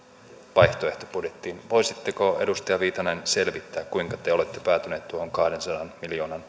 vaihtoehtobudjettiin voisitteko edustaja viitanen selvittää kuinka te te olette päätyneet tuohon kahdensadan miljoonan